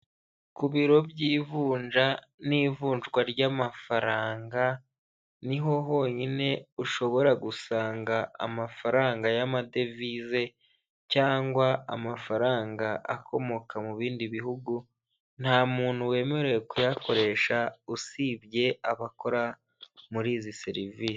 Ku biro by'ivunja n'ivunjwa ry'amafaranga niho honyine ushobora gusanga amafaranga y'amadevize cyangwa amafaranga akomoka mu bindi bihugu, nta muntu wemerewe kuyakoresha usibye abakora muri izi serivisi.